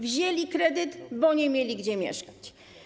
Wzięli kredyt, bo nie mieli gdzie mieszkać.